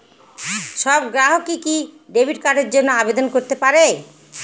সব গ্রাহকই কি ডেবিট কার্ডের জন্য আবেদন করতে পারে?